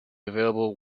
available